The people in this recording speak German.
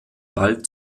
bald